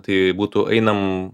tai būtų einam